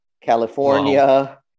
California